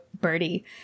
Birdie